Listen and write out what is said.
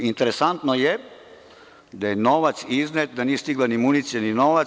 Interesantno je da je novac iznet, a da nije stigla ni municija ni novac.